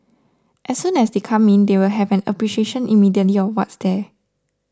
as soon as they come in they will have an appreciation immediately of what's there